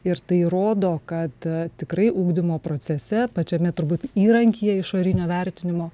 ir tai rodo kad tikrai ugdymo procese pačiame turbūt įrankyje išorinio vertinimo